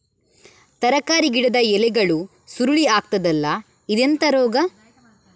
ತರಕಾರಿ ಗಿಡದ ಎಲೆಗಳು ಸುರುಳಿ ಆಗ್ತದಲ್ಲ, ಇದೆಂತ ರೋಗ?